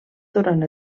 durant